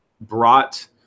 brought